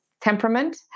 temperament